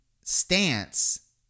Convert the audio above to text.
stance